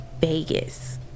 Vegas